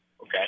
Okay